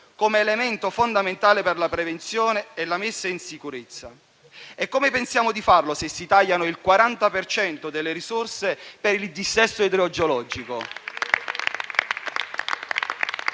come elemento fondamentale per la prevenzione e la messa in sicurezza. E come pensiamo di farlo se si taglia il 40 per cento delle risorse per il dissesto idrogeologico?